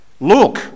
Look